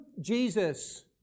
Jesus